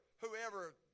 whoever